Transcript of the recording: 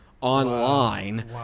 online